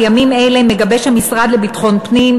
בימים אלו מגבש המשרד לביטחון פנים,